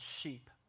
sheep